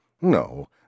No